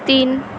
तीन